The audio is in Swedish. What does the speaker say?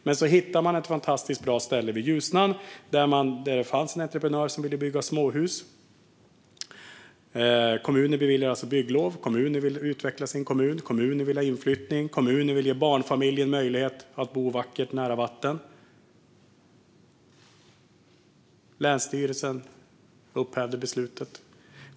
Men så hittade man ett bra ställe vid Ljusnan, och det fanns en entreprenör som ville bygga småhus. Kommunen ville utveckla sin kommun och beviljade bygglov, kommunen ville ha inflyttning och kommunen ville ge barnfamiljer möjlighet att bo vackert nära vattnet. Men länsstyrelsen upphävde beslutet.